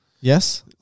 Yes